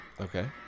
Okay